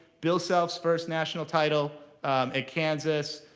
bill self's first national title at kansas.